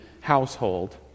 household